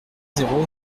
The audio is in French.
zéro